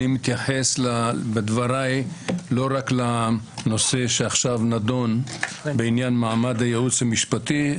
אני מתייחס בדבריי לא רק לנושא שעכשיו נדון בעניין מעמד הייעוץ המשפטי,